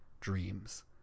Dreams